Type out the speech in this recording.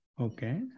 Okay